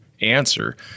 answer